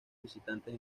visitantes